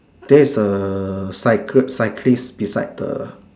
there is a cycle cyclist beside the